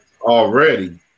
already